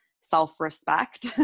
self-respect